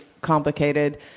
complicated